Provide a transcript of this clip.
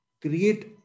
Create